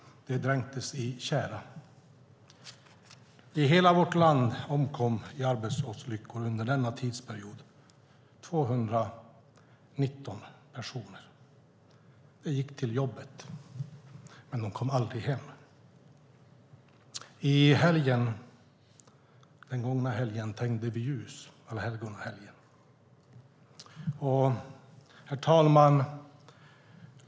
De dränktes i tjära. I hela vårt land omkom i arbetsplatsolyckor under den nämnda tidsperioden 219 personer. De gick till jobbet, men de kom aldrig hem. Den gångna helgen, allhelgonahelgen, tände vi ljus.